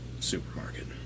Supermarket